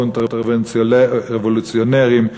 קונטרה-רבולוציונרים,